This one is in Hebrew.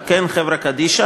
וכן חברה קדישא